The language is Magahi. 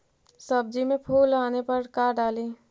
सब्जी मे फूल आने पर का डाली?